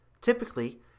Typically